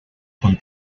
con